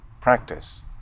practice